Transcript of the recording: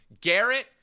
Garrett